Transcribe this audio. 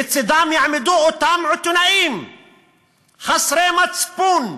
לצדם יעמדו אותם עיתונאים חסרי מצפון,